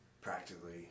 practically